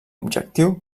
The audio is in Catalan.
objectiu